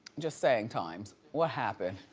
just saying, times. what happened?